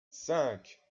cinq